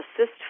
assist